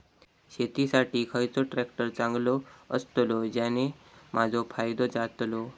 शेती साठी खयचो ट्रॅक्टर चांगलो अस्तलो ज्याने माजो फायदो जातलो?